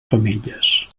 femelles